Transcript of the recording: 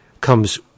comes